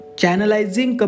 channelizing